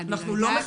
אנחנו לא מכסים?